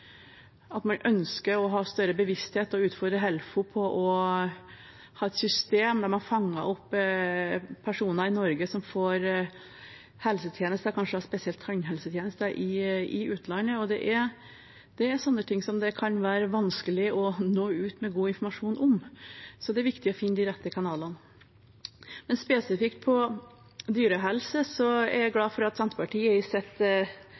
at man ønsker å ha større bevissthet og utfordre Helfo på å ha et system der man fanger opp personer i Norge som får helsetjenester, kanskje spesielt tannhelsetjenester, i utlandet. Det er sånne ting som det kan være vanskelig å nå ut med god informasjon om, så det er viktig å finne de rette kanalene. Spesifikt på dyrehelse er jeg glad for at Senterpartiet på sitt